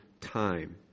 time